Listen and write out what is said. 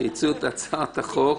שהציעו את הצעת החוק,